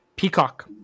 peacock